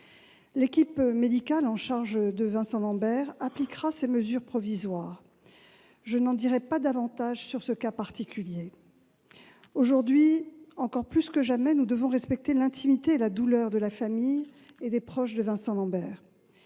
L'équipe médicale en charge de Vincent Lambert appliquera ces mesures provisoires. Je n'en dirai pas davantage sur ce cas particulier. Aujourd'hui, encore plus que jamais, nous devons respecter l'intimité et la douleur de la famille et des proches de Vincent Lambert.